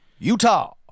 Utah